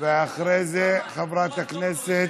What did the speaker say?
ואחרי זה, חברת הכנסת